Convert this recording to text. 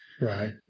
right